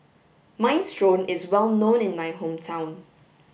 minestrone is well known in my hometown